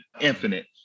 infinite